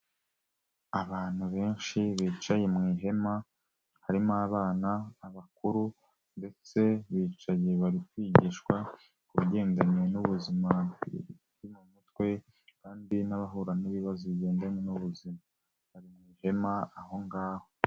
Abantu benshi bicaye mu ihema, harimo abana, abakuru ndetse bicaye, bari kwigishwa ku bigendanye n'ubuzima bwo mu mutwe kandi n'abahura n'ibibazo bigendanye n'ubuzima. Bari mu ihema, aho ngaho.